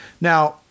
Now